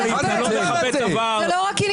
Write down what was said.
מה זה הדבר הזה?